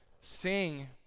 Sing